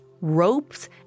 ropes